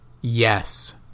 yes